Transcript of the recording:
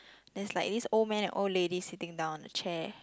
is like this old man and old lady sitting down on the chair